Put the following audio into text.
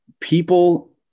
people